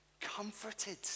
comforted